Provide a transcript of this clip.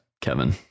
Kevin